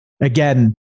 Again